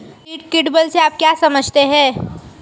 Deductible से आप क्या समझते हैं?